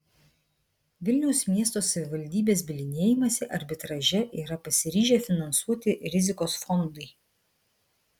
vilniaus miesto savivaldybės bylinėjimąsi arbitraže yra pasiryžę finansuoti rizikos fondai